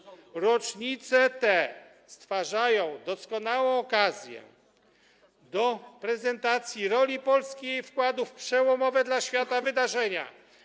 Rocznice te stwarzają doskonałą okazję do prezentacji roli Polski i jej wkładu w przełomowe dla świata wydarzenia.